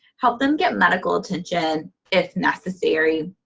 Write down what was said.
help them get medical attention if necessary,